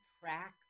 tracks